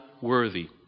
worthy